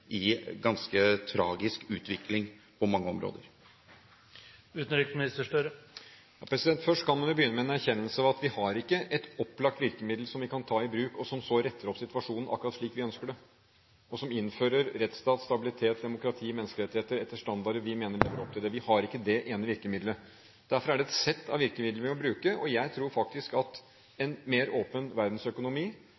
i ganske tragisk utvikling på mange områder. Først kan man jo begynne med en erkjennelse av at vi har ikke et opplagt virkemiddel som vi kan ta i bruk, og som så retter opp situasjonen akkurat slik vi ønsker det, og som innfører rettsstat, stabilitet, demokrati, menneskerettigheter etter standarder vi mener lever opp til det. Vi har ikke det ene virkemiddelet. Derfor er det et sett av virkemidler vi må bruke. Jeg tror faktisk at